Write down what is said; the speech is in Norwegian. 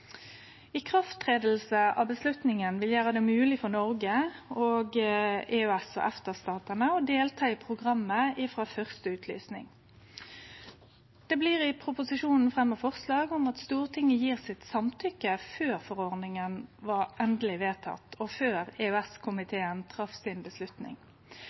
vil det gjere det mogleg for Noreg og EØS/EFTA-statane å delta i programmet frå første utlysing. Det blir i proposisjonen fremja forslag om at Stortinget gjev sitt samtykke før forordninga er endeleg vedteken, og før